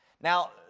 Now